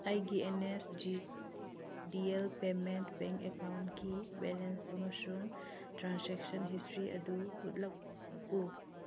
ꯑꯩꯒꯤ N S D L payment bank ꯑꯦꯀꯥꯎꯟꯒꯤ balance ꯑꯃꯁꯨꯡ ꯇ꯭ꯔꯥꯟꯁꯦꯛꯁꯟ ꯍꯤꯁꯇ꯭ꯔꯤ ꯑꯗꯨ ꯎꯠꯂꯛꯎ